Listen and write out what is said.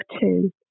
two